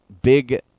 big